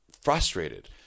frustrated